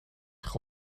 zich